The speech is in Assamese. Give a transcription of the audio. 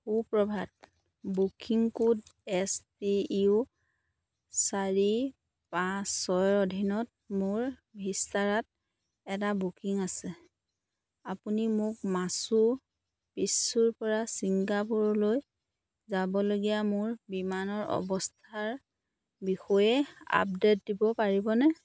সুপ্ৰভাত booking code S T U চাৰি পাঁচ ছয়ৰ অধীনত মোৰ ভিস্তাৰাত এটা বুকিং আছে আপুনি মোক মাচু পিচ্চুৰ পৰা ছিংগাপুৰলৈ যাবলগীয়া মোৰ বিমানৰ অৱস্থাৰ বিষয়ে আপডেট দিব পাৰিবনে